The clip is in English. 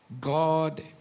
God